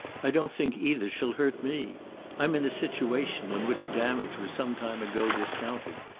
i don't think either she'll hurt me i'm in a situation in which damage was some time ago discounted.